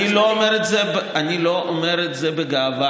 אני לא אומר את זה בגאווה.